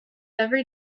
every